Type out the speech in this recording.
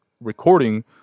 recording